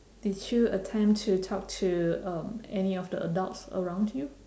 did you attempt to talk to um any of the adults around you